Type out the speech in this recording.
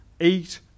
eat